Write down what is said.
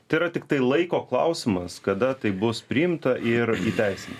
tėra tiktai laiko klausimas kada tai bus priimta ir įteisinta